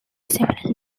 several